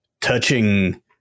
touching